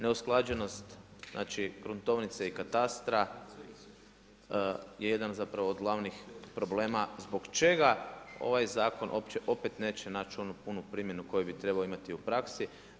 Neusklađenost gruntovnice i katastra je jedan zapravo od glavnih problema zbog čega ovaj zakon opet neće naći onu punu primjenu koju bi trebao imati u praksi.